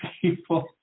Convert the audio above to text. people